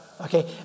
Okay